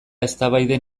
eztabaiden